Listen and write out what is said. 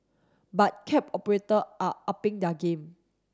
but cab operator are upping their game